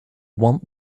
want